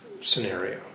scenario